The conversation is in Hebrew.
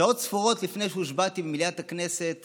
שעות ספורות לפי שהושבעתי במליאת הכנסת